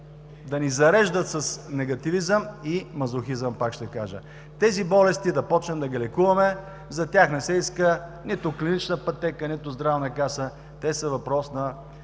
да ни зареждат с негативизъм и мазохизъм, пак ще кажа! Тези болести да започнем да ги лекуваме, за тях не се иска нито клинична пътека, нито Здравна каса – те са въпрос на